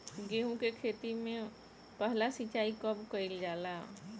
गेहू के खेती मे पहला सिंचाई कब कईल जाला?